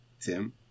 Tim